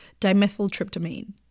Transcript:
dimethyltryptamine